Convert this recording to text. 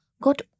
got